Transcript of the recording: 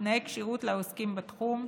תנאי כשירות לעוסקים בתחום,